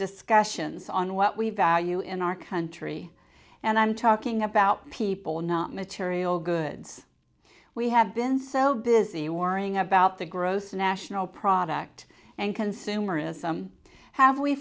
discussions on what we value in our country and i'm talking about people not material goods we have been so busy worrying about the gross national product and consumerism have we